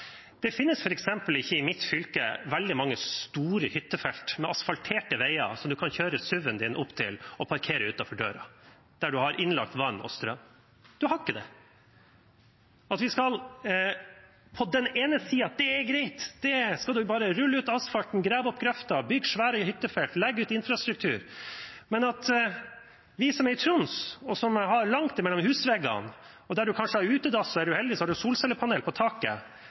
Det finnes f.eks. ikke i mitt fylke veldig mange store hyttefelt med asfalterte veier, der man kan kjøre SUV-en sin opp og parkere utenfor døra, og der man har innlagt vann og strøm. Man har ikke det. At vi på den ene siden skal si: Det er greit, bare rull ut asfalten, grav opp grøfta, bygg svære hyttefelt, legg ut infrastruktur, mens vi som er i Troms, og som har langt mellom husveggene – man har kanskje utedass, og er man heldig, har man solcellepanel på taket